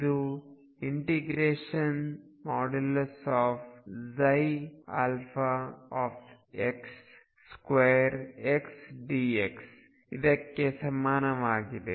ಇದು ∫2xdx ಇದಕ್ಕೆ ಸಮನಾಗಿದೆ